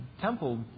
temple